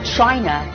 China